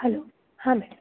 hello હા madam